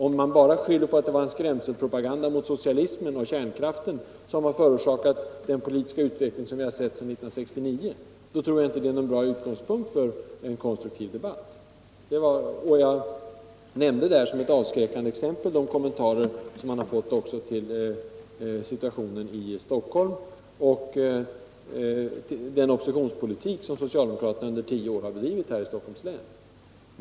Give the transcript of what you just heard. Om man bara skyller på att det var en skrämselpropaganda mot socialismen och mot kärnkraften som förorsakat den politiska utveckling som vi har sett sedan 1969, tror jag inte att man har någon god utgångspunkt för en konstruktiv debatt. Jag nämnde också som ctt avskräckande exempel de kommentarer som gjorts till situationen i Stockholm och den oppositionspolitik som socialdemokraterna under tio år bedrivit i Stockholms län.